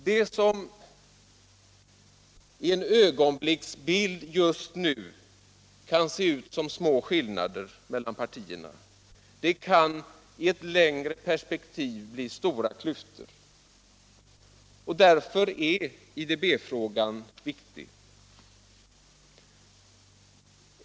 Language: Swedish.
Det som i en ögonblicksbild just nu kan se ut som små skillnader mellan partierna kan i ett längre perspektiv bli stora klyftor. Därför är IDB-frågan viktig.